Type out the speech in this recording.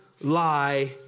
lie